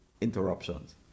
interruptions